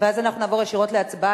ואז אנחנו נעבור ישירות להצבעה,